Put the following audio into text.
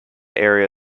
area